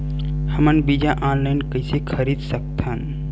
हमन बीजा ऑनलाइन कइसे खरीद सकथन?